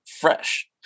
fresh